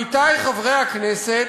עמיתי חברי הכנסת,